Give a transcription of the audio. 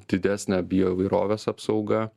didesnė bioįvairovės apsauga